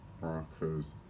Broncos